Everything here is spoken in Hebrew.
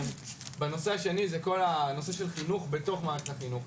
בנושא השני זה כל הנושא של החינוך בתוך מערכת החינוך.